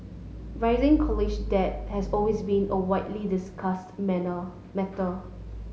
rising college debt has always been a widely discussed matter